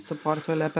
su portfeliu apie